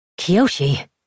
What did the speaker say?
Kiyoshi